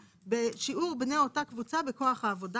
בשיעור בני אותה קבוצה בכוח העבודה,